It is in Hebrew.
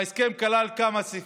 ההסכם כלל כמה סעיפים.